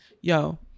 yo